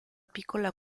piccola